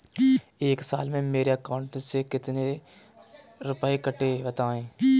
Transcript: एक साल में मेरे अकाउंट से कितने रुपये कटेंगे बताएँ?